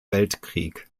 weltkrieg